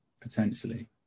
Potentially